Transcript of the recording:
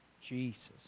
Jesus